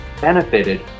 benefited